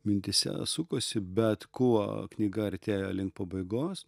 mintyse sukosi bet kuo knyga artėjo link pabaigos